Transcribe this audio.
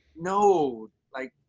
no, like,